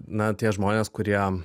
na tie žmonės kurie